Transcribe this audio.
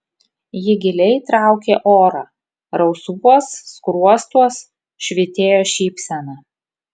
ji giliai traukė orą rausvuos skruostuos švytėjo šypsena